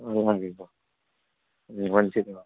అలాగే బాబు మంచిది బాబు